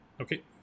okay